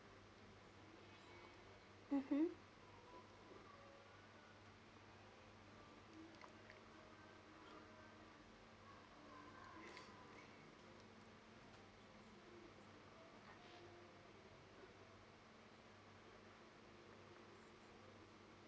mmhmm